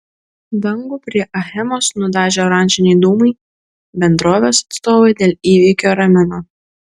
dangų prie achemos nudažė oranžiniai dūmai bendrovės atstovai dėl įvykio ramina